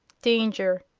danger!